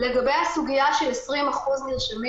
לגבי הסוגיה של 20% נרשמים